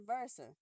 versa